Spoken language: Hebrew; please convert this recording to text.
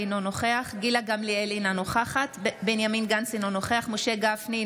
אינו נוכח משה גפני,